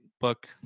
book